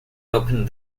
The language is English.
opened